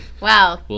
Wow